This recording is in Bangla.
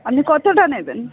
আপনি কতোটা নেবেন